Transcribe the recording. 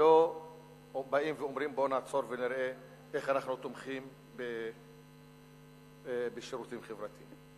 ולא באים ואומרים: בואו נעצור ונראה איך אנחנו תומכים בשירותים חברתיים.